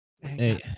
hey